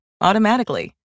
automatically